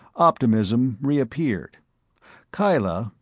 optimism reappeared kyla,